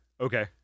Okay